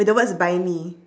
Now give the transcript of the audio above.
with the words buy me